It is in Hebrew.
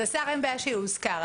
אז אין בעיה שהשר יאוזכר.